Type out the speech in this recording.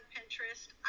Pinterest